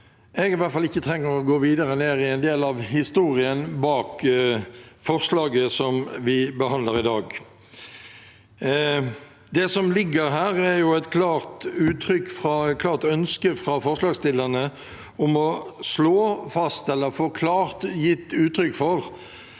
at i hvert fall jeg ikke trenger å gå videre ned i en del av historien bak forslaget vi behandler i dag. Det som ligger her, er et klart ønske fra forslagsstillerne om å slå fast, eller få klart gitt uttrykk for,